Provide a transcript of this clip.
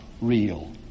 real